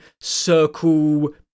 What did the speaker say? circle